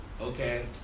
okay